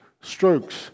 strokes